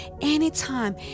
anytime